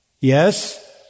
Yes